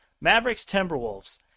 Mavericks-Timberwolves